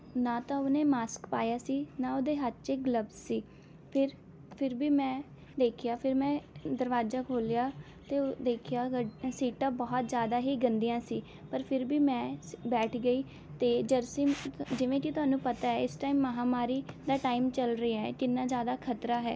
ਨਾਂ ਤਾਂ ਉਹਨੇ ਮਾਸਕ ਪਾਇਆ ਸੀ ਨਾਂ ਉਹਦੇ ਹੱਥ 'ਚ ਗਲੱਬਸ ਸੀ ਫਿਰ ਫਿਰ ਵੀ ਮੈਂ ਦੇਖਿਆ ਫਿਰ ਮੈਂ ਦਰਵਾਜ਼ਾ ਖੋਲਿਆ ਅਤੇ ਦੇਖਿਆ ਸੀਟਾਂ ਬਹੁਤ ਜ਼ਿਆਦਾ ਹੀ ਗੰਦੀਆਂ ਸੀ ਪਰ ਫਿਰ ਵੀ ਮੈਂ ਬੈਠ ਗਈ ਅਤੇ ਜਰਸੀਮ ਜਿਵੇਂ ਕਿ ਤੁਹਾਨੂੰ ਪਤਾ ਹੈ ਇਸ ਟਾਈਮ ਮਹਾਂਮਾਰੀ ਦਾ ਟਾਈਮ ਚੱਲ ਰਿਹਾ ਹੈ ਕਿੰਨਾ ਜ਼ਿਆਦਾ ਖ਼ਤਰਾ ਹੈ